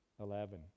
Eleven